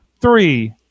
three